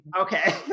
okay